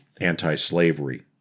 anti-slavery